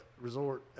resort